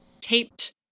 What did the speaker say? taped